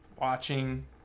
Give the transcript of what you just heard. watching